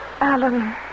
Alan